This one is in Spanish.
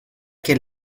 que